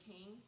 King